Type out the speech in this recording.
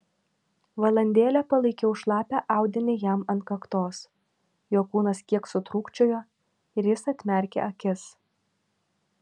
valandėlę palaikiau šlapią audinį jam ant kaktos jo kūnas kiek sutrūkčiojo ir jis atmerkė akis